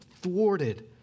thwarted